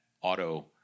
auto